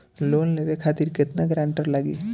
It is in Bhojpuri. लोन लेवे खातिर केतना ग्रानटर लागी?